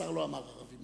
השר לא אמר ערבי מלוכלך.